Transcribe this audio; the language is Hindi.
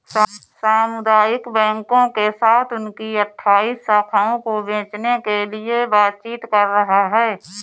सामुदायिक बैंकों के साथ उनकी अठ्ठाइस शाखाओं को बेचने के लिए बातचीत कर रहा है